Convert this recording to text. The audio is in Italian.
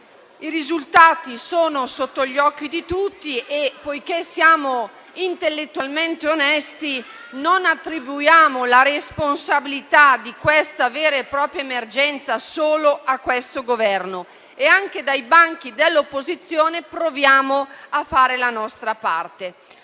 I risultati sono sotto gli occhi di tutti e, poiché siamo intellettualmente onesti, non attribuiamo la responsabilità di questa vera e propria emergenza solo a questo Governo e, anche dai banchi dell'opposizione, proviamo a fare la nostra parte.